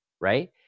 right